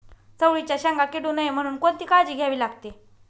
चवळीच्या शेंगा किडू नये म्हणून कोणती काळजी घ्यावी लागते?